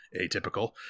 atypical